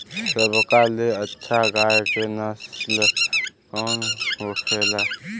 सबका ले अच्छा गाय के नस्ल कवन होखेला?